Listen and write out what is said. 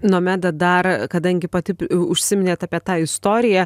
nomeda dar kadangi pati užsiminėt apie tą istoriją